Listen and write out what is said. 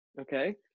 Okay